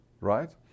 right